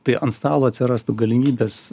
tai ant stalo atsirastų galimybės